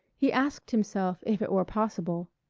he asked himself if it were possible.